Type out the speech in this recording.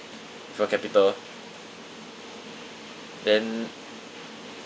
with your capital then